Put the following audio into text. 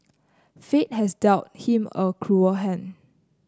fate has dealt him a cruel hand